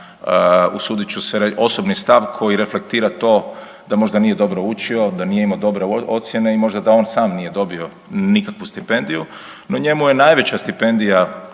usudit ću se reći, osobni stav koji reflektira to da možda nije dobro učio, da nije imao dobre ocjene i možda da on sam nije dobio nikakvu stipendiju no njemu je najveća stipendija